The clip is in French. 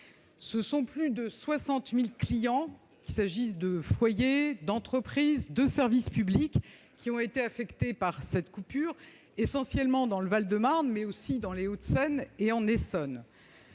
Ce sont plus de 60 000 clients- foyers, entreprises, services publics -qui ont été affectés par cette coupure, essentiellement dans le Val-de-Marne, mais aussi dans les Hauts-de-Seine et en Essonne.